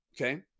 Okay